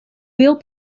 wheel